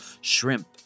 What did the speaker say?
shrimp